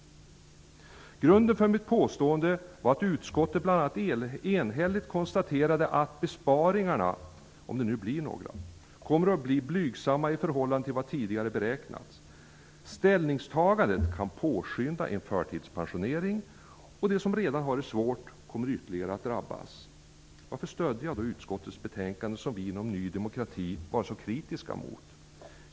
Grunden för mitt påstående var att utskottet bl.a. enhälligt konstaterade att besparingarna -- om det nu blir några -- kommer att bli blygsamma i förhållande till vad som tidigare beräknats, att ställningstagandet kan påskynda en förtidspensionering och att de som redan har det svårt kommer att drabbas ytterligare. Varför då stödja utskottets betänkande som vi inom Ny demokrati var så kritiska mot?